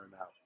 out